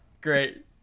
great